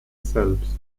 selbst